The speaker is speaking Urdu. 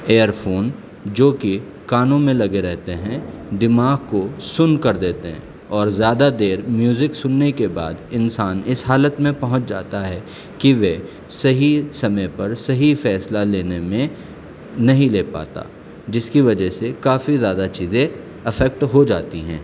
ایئرفون جوکہ کانوں میں لگے رہتے ہیں دماغ کو سن کر دیتے ہیں اور زیادہ دیر میوزک سننے کے بعد انسان اس حالت میں پہنچ جاتا ہے کہ وہ صحیح سمے پر صحیح فیصلہ لینے میں نہیں لے پاتا جس کی وجہ سے کافی زیادہ چیزیں افیکٹ ہو جاتی ہیں